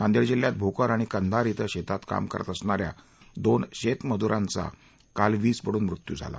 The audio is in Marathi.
नांदेड जिल्ह्यात भोकर आणि कंधार ॐ शेतात काम करत असणाऱ्या दोन शेतमजूरांचा काल वीज पडून मृत्यू झाला